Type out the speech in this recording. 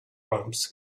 bumps